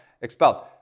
expelled